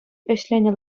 ӗҫленӗ